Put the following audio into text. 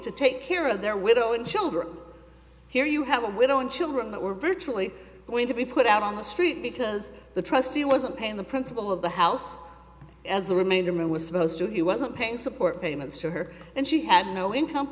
to take care of their widow and children here you have a widow and children that were virtually going to be put out on the street because the trustee wasn't paying the principal of the house as the remainder was supposed to he wasn't paying support payments to her and she had no income